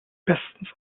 bestens